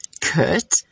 Kurt